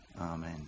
amen